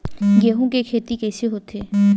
गेहूं के खेती कइसे होथे?